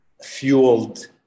fueled